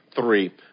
three